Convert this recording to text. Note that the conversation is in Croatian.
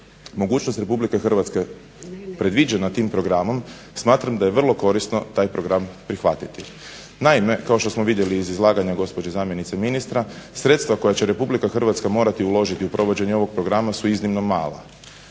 mogućnost RH predviđena tim programom smatram da je vrlo korisno taj program prihvatiti. Naime, kao što smo vidjeli iz izlaganja gospođe zamjenice ministra sredstava koja će RH morati uložiti u provođenje ovog programa su iznimno mala.